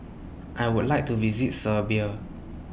I Would like to visit Serbia